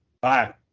Bye